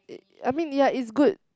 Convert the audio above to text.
it I mean ya it's good